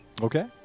okay